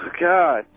God